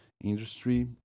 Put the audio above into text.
industry